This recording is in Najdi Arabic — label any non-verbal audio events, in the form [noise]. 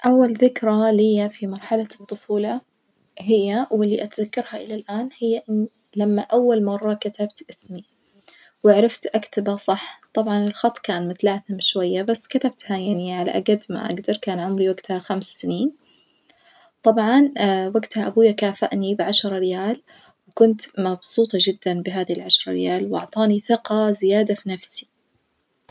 أول ذكرى ليا في مرحلة الطفولة هي واللي أتذكرها إلى الآن هي إن لما أول مرة كتبت اسمي، وعرفت أكتبه صح، طبعًا الخط كان متلعثم شوية بس كتبته يعني على جد ما أجدر كان عمري وجتها خمس سنين، طبعًا [hesitation] وجتها أبويا كافئني بعشرة ريال وكنت مبسوطة جدًا بهذي العشرة ريال، وعطاني ثقة زيادة في نفسي.